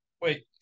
wait